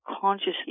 consciously